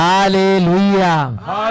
Hallelujah